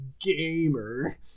gamer